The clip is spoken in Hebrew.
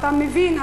ואתה מבין,